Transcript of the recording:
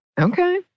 Okay